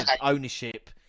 ownership